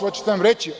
Hoćete li nam reći?